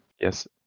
Yes